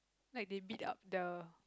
like they bite up the